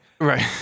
Right